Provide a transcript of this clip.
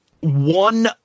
One